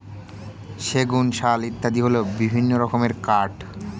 সেগুন, শাল ইত্যাদি হল বিভিন্ন রকমের কাঠ